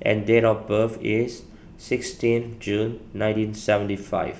and date of birth is sixteen June nineteen seventy five